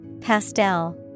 Pastel